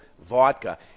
Vodka